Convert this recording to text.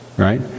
Right